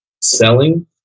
selling